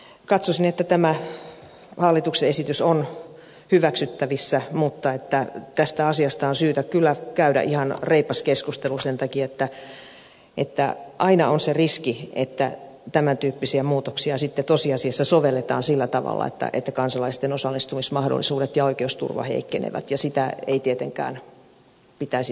katsoisin että tämä hallituksen esitys on hyväksyttävissä mutta että tästä asiasta on syytä kyllä käydä ihan reipas keskustelu sen takia että aina on se riski että tämäntyyppisiä muutoksia sitten tosiasiassa sovelletaan sillä tavalla että kansalaisten osallistumismahdollisuudet ja oikeusturva heikkenevät ja sitä ei tietenkään pitäisi tapahtua